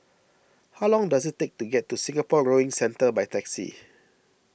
how long does it take to get to Singapore Rowing Centre by taxi